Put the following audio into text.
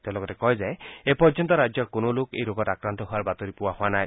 তেওঁ লগতে কয় যে এই পৰ্যন্ত ৰাজ্যৰ কোনো লোক এই ৰোগত আক্ৰান্ত হোৱাৰ বাতৰি পোৱা হোৱা নাই